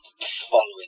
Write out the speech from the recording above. following